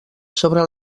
sobre